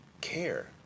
care